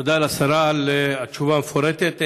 תודה לשרה על התשובה המפורטת.